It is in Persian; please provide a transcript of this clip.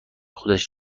خودش